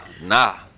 nah